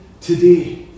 today